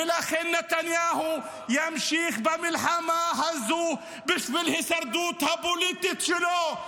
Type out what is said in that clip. ולכן נתניהו ימשיך במלחמה הזו בשביל ההישרדות הפוליטית שלו.